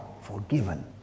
forgiven